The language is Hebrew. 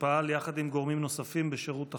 שפעל יחד עם גורמים נוספים בשירות החוץ,